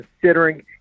considering